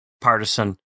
partisan